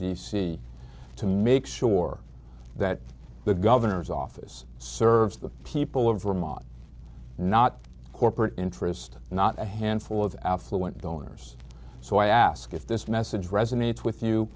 c to make sure that the governor's office serves the people of vermont not corporate interest not a handful of affluent donors so i ask if this message resonates with you